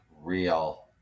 real